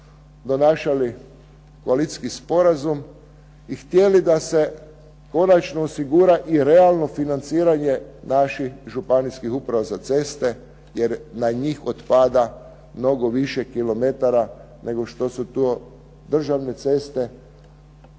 donašali koalicijski sporazum i htjeli da se konačno osigura i realno financiranje naših županijskih uprava na ceste, jer na njih otpada mnogo više kilometara nego što su to državne ceste.